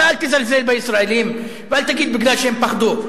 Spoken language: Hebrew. אתה, אל תזלזל בישראלים ואל תגיד כי הם פחדו.